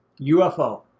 UFO